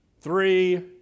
three